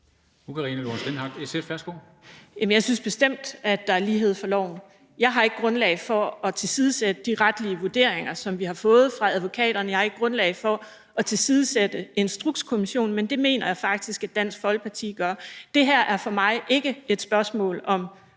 jeg synes bestemt, at der er lighed for loven. Jeg har ikke grundlag for at tilsidesætte de retlige vurderinger, som vi har fået fra advokaterne. Jeg har ikke grundlag for at tilsidesætte Instrukskommissionen, men det mener jeg faktisk at Dansk Folkeparti gør. Det her er for mig ikke et spørgsmål om